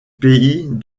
pays